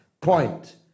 point